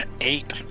eight